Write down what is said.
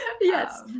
Yes